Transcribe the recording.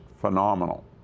phenomenal